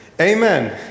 Amen